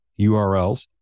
URLs